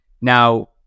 Now